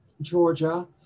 georgia